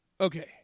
Okay